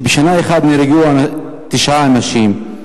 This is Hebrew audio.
שבשנה אחת נהרגו בו תשעה אנשים.